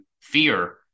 fear